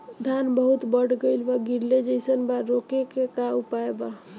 धान बहुत बढ़ गईल बा गिरले जईसन बा रोके क का उपाय बा?